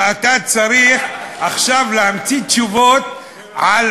ואתה צריך עכשיו להמציא תשובות על